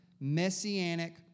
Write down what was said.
messianic